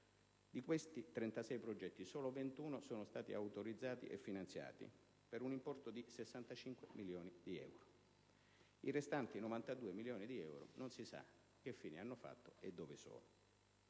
Di questi 36 progetti, solo 21 sono stati autorizzati e finanziati, per un importo di 65 milioni di euro. I restanti 92 milioni di euro non si sa che fine abbiano fatto. Se poi